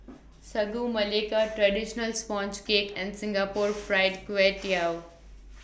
Sagu Melaka Traditional Sponge Cake and Singapore Fried Kway Tiao